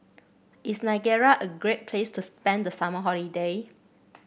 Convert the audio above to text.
is Nigeria a great place to spend the summer holiday